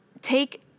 take